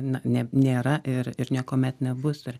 na ne nėra ir ir niekuomet nebus ir